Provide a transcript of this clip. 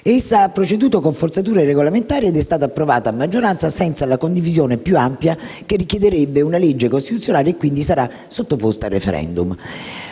Essa ha proceduto con forzature regolamentari ed è stata approvata a maggioranza, senza la condivisione più ampia che richiederebbe una legge costituzionale e, quindi, sarà sottoposta a *referendum*.